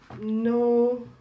no